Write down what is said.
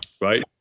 Right